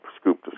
scoop